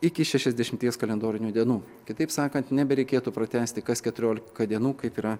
iki šešiasdešimties kalendorinių dienų kitaip sakant nebereikėtų pratęsti kas keturiolika dienų kaip yra